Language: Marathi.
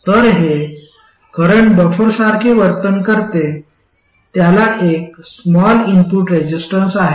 तर हे करंट बफरसारखे वर्तन करते त्याला एक स्मॉल इनपुट रेसिस्टन्स आहे